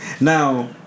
Now